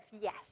Yes